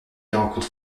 rencontre